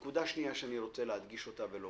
נקודה שנייה, שאני רוצה להדגיש אותה ולומר,